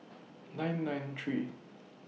nine nine three